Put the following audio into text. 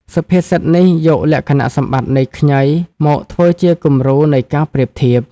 សុភាសិតនេះយកលក្ខណៈសម្បត្តិនៃ ខ្ញី មកធ្វើជាគំរូនៃការប្រៀបធៀប។